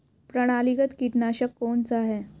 प्रणालीगत कीटनाशक कौन सा है?